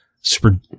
Super